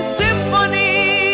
symphony